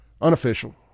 Unofficial